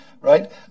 Right